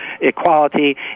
equality